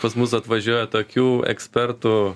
pas mus atvažiuoja tokių ekspertų